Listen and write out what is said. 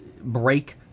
break